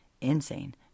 insane